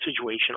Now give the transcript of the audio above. situation